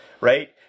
Right